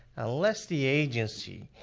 unless the agency